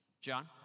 John